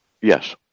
yes